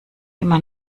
immer